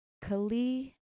Kali